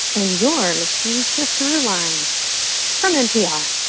and you're listening to throughline from npr.